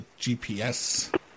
GPS